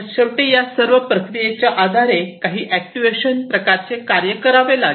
शेवटी या सर्व प्रक्रियेच्या आधारे काही अॅक्ट्युएशन प्रकारचे कार्य करावे लागेल